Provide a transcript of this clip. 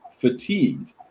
fatigued